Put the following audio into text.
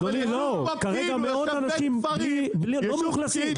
אדוני, כרגע יש מאות אנשים עם לולים לא מאוכלסים.